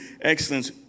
excellence